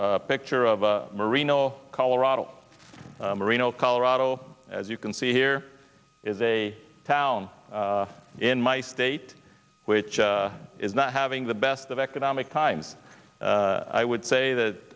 a picture of marino colorado marino colorado as you can see here is a town in my state which is not having the best of economic times i would say that